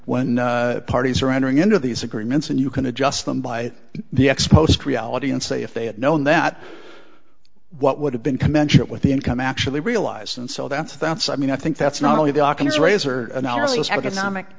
when parties are entering into these agreements and you can adjust them by the ex post reality and say if they had known that what would have been commensurate with the income actually realize and so that's that's i mean i think that's not only the ockham's razor analysis economic